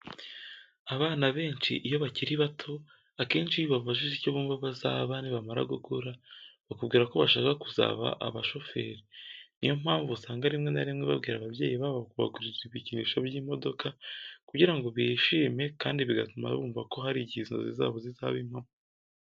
Abana benshi iyo bakiri bato akenshi iyo ubabajije icyo bumva bazaba nibamara gukura, bakubwira ko bashaka kuzaba abashoferi. Niyo mpamvu, usanga rimwe na rimwe babwira ababyeyi babo kubagurira ibikinisho by'imodoka kugira ngo bishime kandi bigatuma bumva ko hari igihe inzozi zabo zizaba impamo.